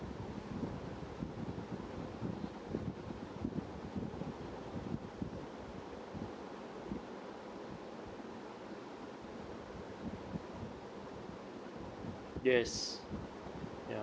yes ya